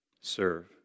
serve